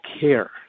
care